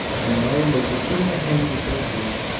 and mary was repeating a hymn to sophia,